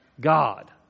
God